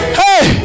hey